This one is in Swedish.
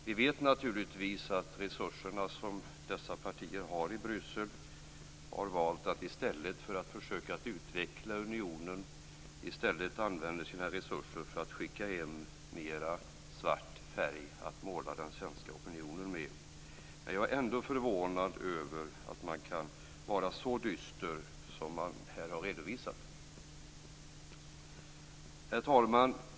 Vi vet naturligtvis att resurserna som dessa partier har i Bryssel har valt att i stället för att försöka utveckla unionen använda sina medel för att skicka hem mer svart färg att måla den svenska opinionen med. Men jag är ändå förvånad över att man kan vara så dyster som man här har redovisat. Herr talman!